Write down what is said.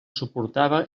suportava